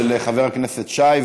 של חבר הכנסת שי,